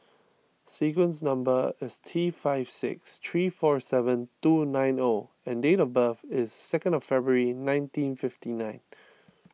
sequence number is T five six three four seven two nine O and date of birth is second of February nineteen fifty nine